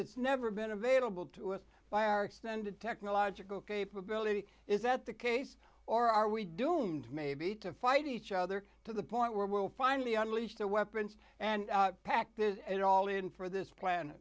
that's never been available to us by our extended technological capability is that the case or are we doomed maybe to fight each other to the point where we'll finally unleash the weapons and practice it all in for this planet